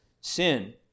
sin